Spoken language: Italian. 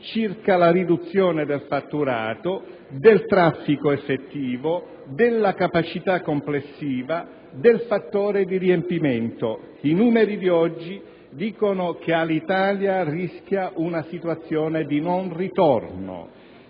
circa la riduzione del fatturato, del traffico effettivo, della capacità complessiva, del fattore di riempimento. I numeri di oggi dicono che Alitalia rischia una situazione di non ritorno;